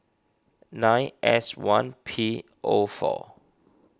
nine S one P of our